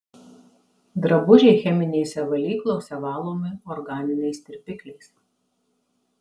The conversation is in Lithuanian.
drabužiai cheminėse valyklose valomi organiniais tirpikliais